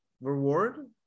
reward